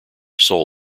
soul